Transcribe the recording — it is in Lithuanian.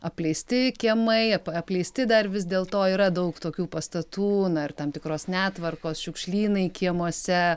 apleisti kiemai apleisti dar vis dėlto yra daug tokių pastatų na ir tam tikros netvarkos šiukšlynai kiemuose